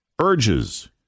urges